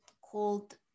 called